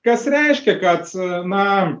kas reiškia kad na